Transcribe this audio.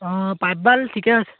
অঁ পাইপ ডাল ঠিকে আছে